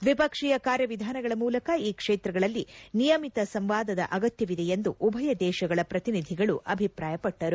ದ್ವಿಪಕ್ಷೀಯ ಕಾರ್ಯವಿಧಾನಗಳ ಮೂಲಕ ಈ ಕ್ಷೇತ್ರಗಳಲ್ಲಿ ನಿಯಮಿತ ಸಂವಾದದ ಅಗತ್ತವಿದೆ ಎಂದು ಉಭಯ ದೇಶಗಳ ಪ್ರತಿನಿಧಿಗಳು ಅಭಿಪ್ರಾಯಪಟ್ಟರು